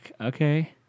okay